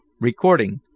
Recording